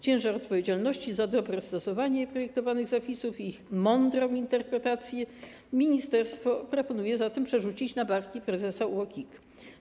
Ciężar odpowiedzialności za dobre stosowanie projektowanych zapisów i ich mądrą interpretację ministerstwo proponuje zatem przerzucić na barki prezesa UOKiK-u.